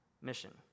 mission